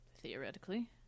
Theoretically